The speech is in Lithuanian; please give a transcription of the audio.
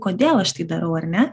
kodėl aš tai darau ar ne